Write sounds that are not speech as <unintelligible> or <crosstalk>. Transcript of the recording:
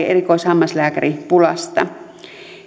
<unintelligible> erikoishammaslääkäripulasta